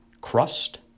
crust